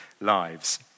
lives